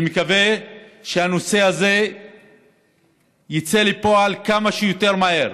אני מקווה שהנושא הזה יצא לפועל כמה שיותר מהר,